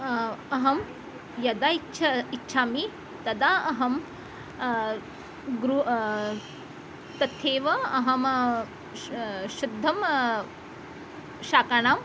अहं यदा इच्छा इच्छामि तदा अहं गृ तथैव अहम् शुद्धं शाकाणां